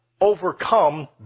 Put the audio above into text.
overcome